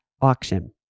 auction